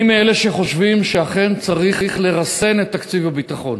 אני מאלה שחושבים שאכן צריך לרסן את תקציב הביטחון.